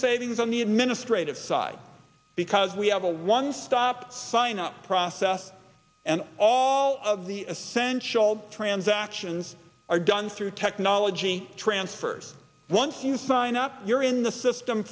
savings on the administrative side because we have a one stop sign up process and all of the essential transactions are done through technology transfers once you sign up you're in the system